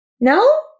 No